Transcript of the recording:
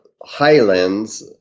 highlands